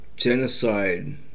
Genocide